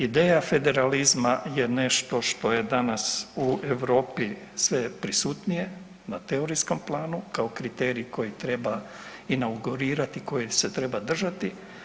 Ideja federalizma je nešto što je danas u Europi sve prisutnije na teorijskom planu kao kriterij koji treba inaugurirati, kojeg se treba držati.